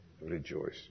rejoice